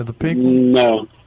No